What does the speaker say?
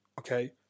Okay